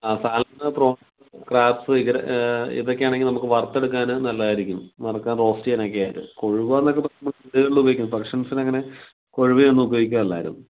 ആ salmon prawns crabs ഇങ്ങനെ ഇതൊക്കെയാണെങ്കിൽ നമുക്ക് വറുത്തെടുക്കാൻ നല്ലതായിരിക്കും വറക്കാൻ റോസ്റ്റ് ചെയ്യാനൊക്കെ ആയിട്ട് കൊഴുവാന്നൊക്കെ പറയുമ്പോൾ വീടുകളിലൊക്കെ ഉപയോഗിക്കും ഫംഗ്ഷൻസിന് അങ്ങനെ കൊഴുവേ ഒന്നും ഉപയോഗിക്കാറില്ല ആരും